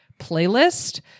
playlist